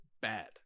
bad